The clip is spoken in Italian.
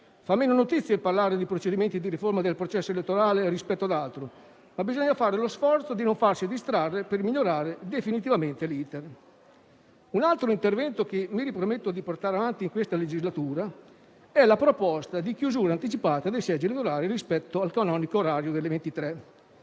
fa meno notizia parlare di procedimenti di riforma del processo elettorale rispetto ad altro, ma bisogna fare lo sforzo di non farsi distrarre per migliorare definitivamente l'*iter.* Un altro intervento che mi riprometto di portare avanti in questa legislatura è la proposta di chiusura anticipata dei seggi elettorali rispetto al canonico orario delle 23.